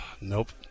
nope